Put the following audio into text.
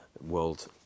world